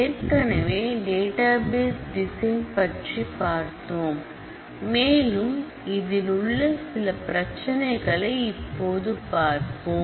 ஏற்கனவே database design பற்றி பார்த்தோம் மேலும் இதில் உள்ள சில பிரச்சனைகளை இப்போது பார்ப்போம்